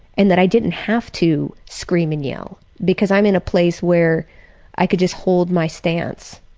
and that i didn't have to scream and yell, because i'm in a place where i can just hold my stance,